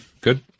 Good